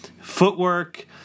footwork